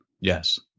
Yes